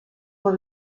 por